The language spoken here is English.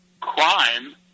crime